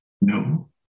No